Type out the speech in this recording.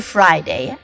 Friday